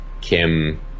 Kim